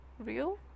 real